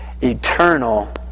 Eternal